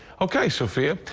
okay, sofia.